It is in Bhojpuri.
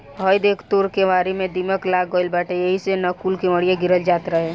हइ देख तोर केवारी में दीमक लाग गइल बाटे एही से न कूल केवड़िया गिरल जाता